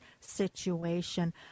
situation